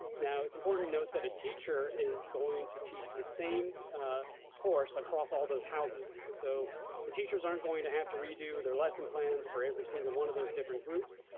now, it's important to note that a teacher is going to teach the same course across all those houses. so the teachers aren't going to have to redo their lesson plans for every single one of those different groups.